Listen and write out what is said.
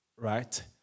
Right